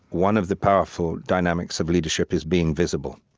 one of the powerful dynamics of leadership is being visible.